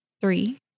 three